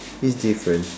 it's different